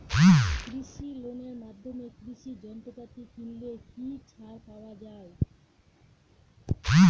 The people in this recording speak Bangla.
কৃষি লোনের মাধ্যমে কৃষি যন্ত্রপাতি কিনলে কি ছাড় পাওয়া যায়?